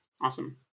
Awesome